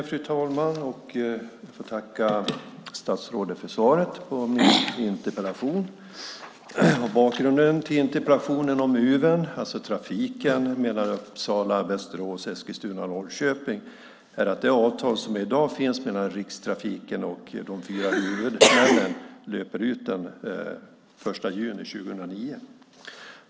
Fru talman! Tack, statsrådet för svaret på min interpellation! Bakgrunden till interpellationen om Uven, det vill säga trafiken mellan Uppsala, Västerås, Eskilstuna och Norrköping, är att det avtal som i dag finns mellan Rikstrafiken och de fyra huvudmännen löper ut den 1 juni 2009.